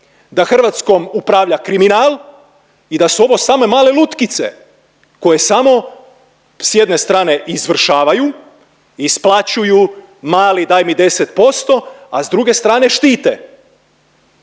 da Hrvatskom upravlja kriminal i da su ovo samo male lutkice koje samo s jedne strane izvršavaju, isplaćuju, mali taj mi 10%, a s druge strane štite.